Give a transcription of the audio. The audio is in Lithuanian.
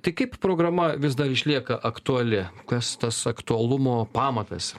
tai kaip programa vis dar išlieka aktuali kas tas aktualumo pamatas